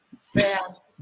fast